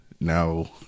now